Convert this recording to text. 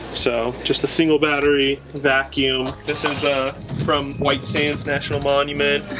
so just a single battery vacuum. this is a from white sands national monument